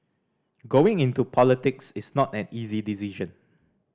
going into politics is not an easy decision